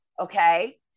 okay